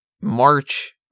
March